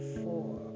four